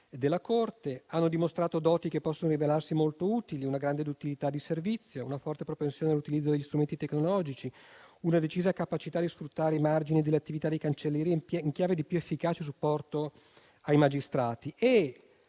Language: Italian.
della Corte e hanno dimostrato doti che possono rivelarsi molto utili: una grande duttilità di servizio, una forte propensione all'utilizzo degli strumenti tecnologici e una decisa capacità di sfruttare i margini delle attività di cancelleria in chiave di più efficace supporto ai magistrati.